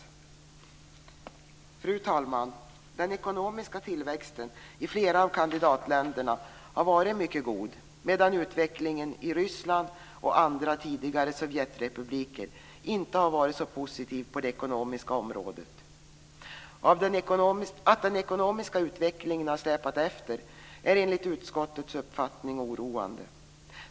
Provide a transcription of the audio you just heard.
Fru talman! Den ekonomiska tillväxten i flera av kandidatländerna har varit mycket god, medan utvecklingen i Ryssland och andra tidigare Sovjetrepubliker inte har varit så positiv på det ekonomiska området. Att den ekonomiska utvecklingen har släpat efter är enligt utskottets uppfattning oroande.